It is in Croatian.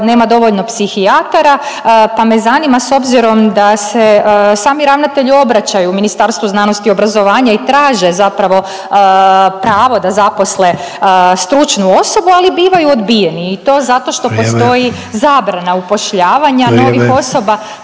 nema dovoljno psihijatara pa me zanima, s obzirom da se sami ravnatelji obraćaju Ministarstvu znanosti i obrazovanja i traže zapravo pravo da zaposle stručnu osobu, ali bivaju odbijeni i to zato što postoji … .../Upadica: